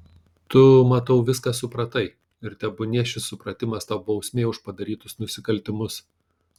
tu matau viską supratai ir tebūnie šis supratimas tau bausmė už padarytus nusikaltimus